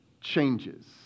changes